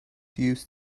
used